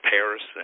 Paris